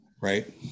right